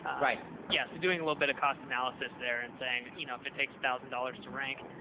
right. yeah, so doing a little bit of cost analysis there and saying, you know, if it takes thousand dollars to rank,